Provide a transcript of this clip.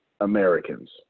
Americans